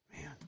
Man